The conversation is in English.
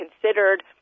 considered